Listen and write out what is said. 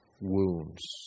wounds